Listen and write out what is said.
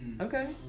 Okay